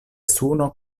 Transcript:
suno